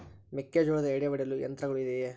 ಮೆಕ್ಕೆಜೋಳದ ಎಡೆ ಒಡೆಯಲು ಯಂತ್ರಗಳು ಇದೆಯೆ?